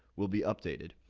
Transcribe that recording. will be updated,